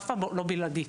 אף פעם לא בלעדית.